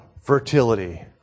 Fertility